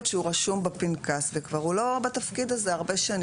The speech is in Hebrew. להיות שהוא רשום בפנקס והוא כבר הרבה שנים לא בתפקיד הזה ולכן,